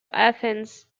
athens